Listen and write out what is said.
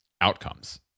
outcomes